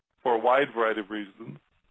for a wide variety of reasons.